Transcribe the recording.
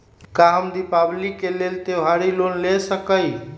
का हम दीपावली के लेल त्योहारी लोन ले सकई?